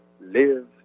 live